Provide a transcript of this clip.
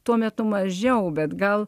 tuo metu mažiau bet gal